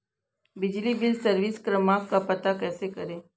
बिजली bill service क्रमांक का पता कैसे करें?